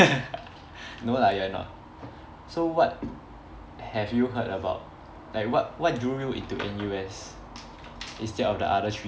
no lah you're not so what have you heard about like what what drew you into N_U_S instead of the other three